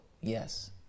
Yes